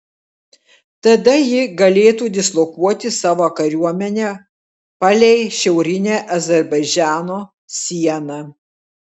tada ji galėtų dislokuoti savo kariuomenę palei šiaurinę azerbaidžano sieną